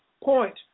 point